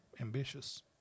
ambitious